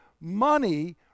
money